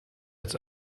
als